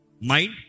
Mind